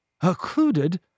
Occluded